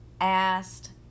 asked